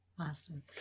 Awesome